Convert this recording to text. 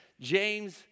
James